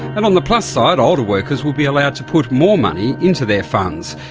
and on the plus side, older workers will be allowed to put more money into their funds.